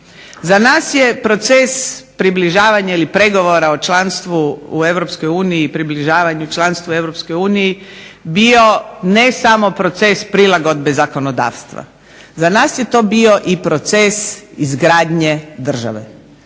Za nas je proces približavanja ili pregovora o članstvu u Europskoj uniji bio ne samo proces prilagodbe zakonodavstva, za nas je to bio proces izgradnje države.